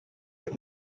its